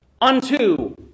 unto